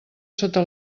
sota